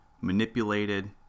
manipulated